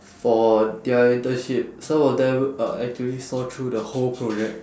for their internship some of them uh actually saw through the whole project